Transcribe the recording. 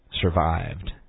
survived